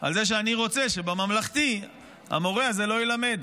על זה שאני רוצה שבממלכתי המורה הזה לא ילמד.